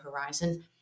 horizon